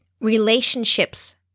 relationships